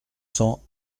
cents